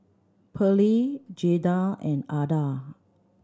Pearley Jaeda and Adah